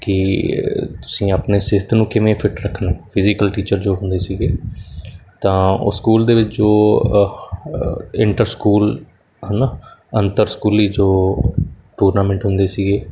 ਕਿ ਤੁਸੀਂ ਆਪਣੇ ਸਿਹਤ ਨੂੰ ਕਿਵੇਂ ਫਿੱਟ ਰੱਖਣਾ ਫਿਜੀਕਲ ਟੀਚਰ ਜੋ ਹੁੰਦੇ ਸੀਗੇ ਤਾਂ ਉਹ ਸਕੂਲ ਦੇ ਵਿੱਚ ਜੋ ਇੰਟਰ ਸਕੂਲ ਹੈ ਨਾ ਅੰਤਰ ਸਕੂਲੀ ਜੋ ਟੂਰਨਾਮੈਂਟ ਹੁੰਦੇ ਸੀਗੇ